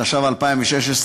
התשע"ו 2016,